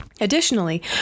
Additionally